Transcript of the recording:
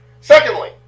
Secondly